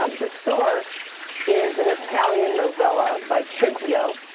um the source is an italian novella by cintio,